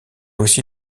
aussi